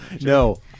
No